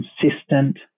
consistent